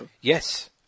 Yes